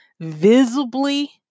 visibly